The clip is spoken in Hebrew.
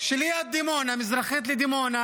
שליד דימונה,